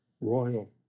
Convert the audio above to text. royal